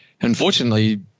unfortunately